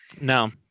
No